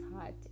heart